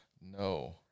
No